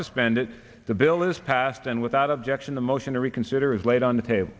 suspended the bill is passed and without objection the motion to reconsider is laid on the table